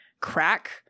crack